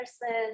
person